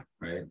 right